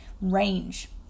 range